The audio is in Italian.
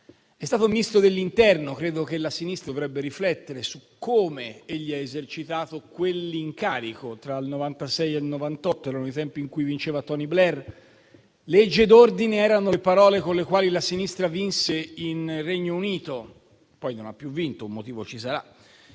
È stato Ministro dell'interno e credo che la sinistra dovrebbe riflettere su come egli ha esercitato quell'incarico, tra il 1996 e il 1998; erano i tempi in cui vinceva Tony Blair. Legge e ordine erano le parole con le quali la sinistra vinse in Regno Unito; poi non ha più vinto: un motivo ci sarà.